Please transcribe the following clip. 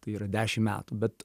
tai yra dešimt metų bet